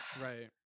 Right